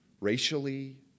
racially